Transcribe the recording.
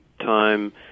time